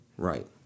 Right